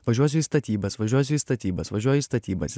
važiuosiu į statybas važiuosiu į statybas važiuoju į statybas